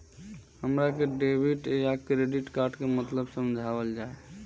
हमरा के डेबिट या क्रेडिट कार्ड के मतलब समझावल जाय?